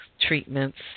treatments